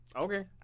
Okay